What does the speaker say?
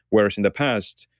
whereas in the past,